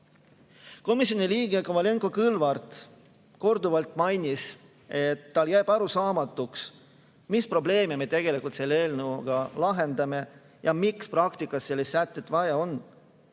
Komisjoni liige Kovalenko-Kõlvart korduvalt mainis, et talle jääb arusaamatuks, mis probleeme me tegelikult selle eelnõuga lahendame ja miks praktikas sellist seadust vaja on.